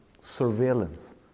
surveillance